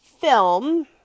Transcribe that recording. film